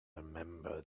remember